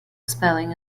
spelling